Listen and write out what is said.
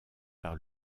par